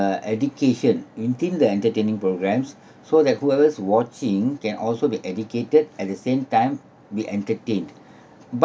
education within the entertaining programmes so that whoever's watching can also be educated at the same time be entertained